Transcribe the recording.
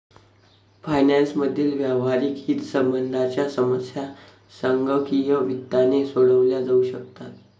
finance मधील व्यावहारिक हितसंबंधांच्या समस्या संगणकीय वित्ताने सोडवल्या जाऊ शकतात